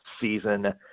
season